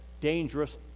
dangerous